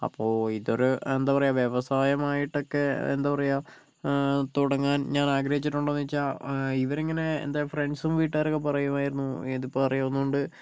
അപ്പോൾ ഇതൊരു എന്താ പറയുക വ്യവസായമായിട്ടൊക്കെ എന്താ പറയുക തുടങ്ങാൻ ഞാൻ ആഗ്രഹിച്ചിട്ടുണ്ടോയെന്നു ചോദിച്ചാൽ ഇവരിങ്ങനെ എൻ്റെ ഫ്രണ്ട്സും വീട്ടുകാരൊക്കെ പറയുമായിരുന്നു ഇത് പറയുന്നതുകൊണ്ട്